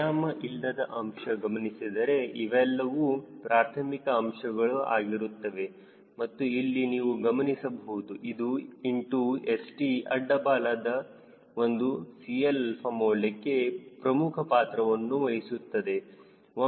ಆಯಾಮ ಇಲ್ಲದ ಅಂಶ ಗಮನಿಸಿದರೆ ಇವೆಲ್ಲವೂ ಪ್ರಾರ್ಥಮಿಕ ಅಂಶಗಳು ಆಗಿರುತ್ತದೆ ಮತ್ತು ಇಲ್ಲಿ ನೀವು ಗಮನಿಸಬಹುದು ಇದು ಇಂಟು St ಅಡ್ಡ ಬಾಲದ ಒಂದು 𝐶Lα ಮೌಲ್ಯಕ್ಕೆ ಪ್ರಮುಖ ಪಾತ್ರವನ್ನು ವಹಿಸುತ್ತದೆ